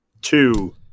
two